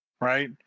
Right